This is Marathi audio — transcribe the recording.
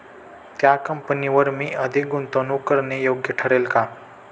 त्या कंपनीवर मी अधिक गुंतवणूक करणे योग्य ठरेल का?